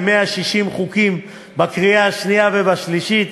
כ-160 חוקים בקריאה השנייה ובשלישית,